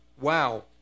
wow